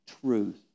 truth